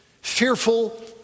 Fearful